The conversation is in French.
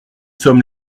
sommes